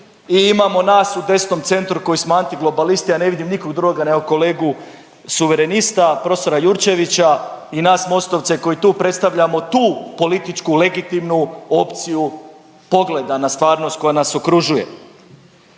i imamo nas u desnom centru koji smo antiglobalisti, a ne vidim nikog drugoga nego kolegu suverenista prof. Jurčevića i nas Mostovce koji tu predstavljamo tu političku legitimnu opciju pogleda na stvarnost koja nas okružuje.